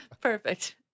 Perfect